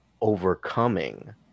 overcoming